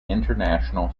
international